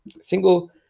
single